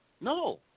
No